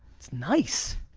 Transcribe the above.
it's nice.